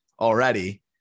already